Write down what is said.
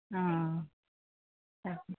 অঁ অঁ